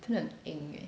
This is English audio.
真的很 eng leh